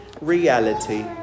reality